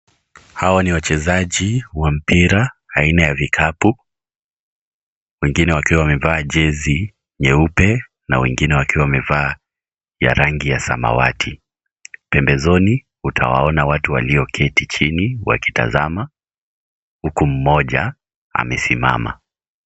Hawa ni wachezaji wa mpira haina ya vikabu, wengine wakiwa wamevaa chezi nyeupe, na wengine wakiwa mevaa ya rangi ya samawati. Pembezoni, utawaona watu walioketi chini wakitazama. Huku mmoja, amesimama.